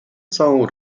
całą